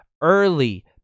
Early